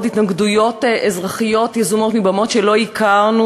התנגדויות אזרחיות יזומות מבמות שלא הכרנו.